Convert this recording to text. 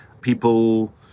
people